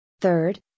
Third